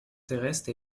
terrestre